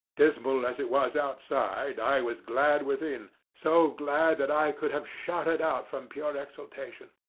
dismal as it was outside, i was glad within so glad that i could have shouted out from pure exultation.